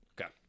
Okay